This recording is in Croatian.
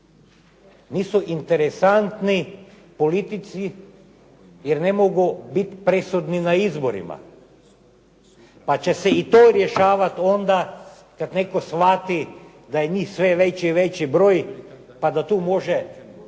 nisu interesantni politici jer ne mogu biti presudni na izborima. Pa će se i to rješavati onda kad netko shvati da je njih sve veći i veći broj pa da tu može